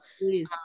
please